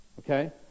Okay